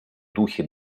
духе